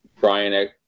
Brian